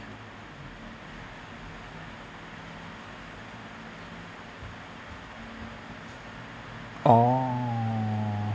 oh